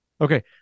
Okay